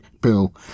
bill